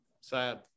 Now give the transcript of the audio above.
Sad